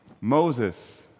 Moses